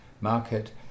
market